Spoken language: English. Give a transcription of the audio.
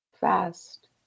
fast